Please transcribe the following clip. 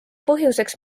põhjuseks